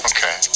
Okay